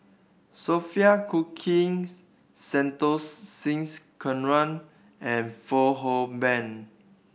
Sophia Cooke Santokh Singh Grewal and Fong Hoe Beng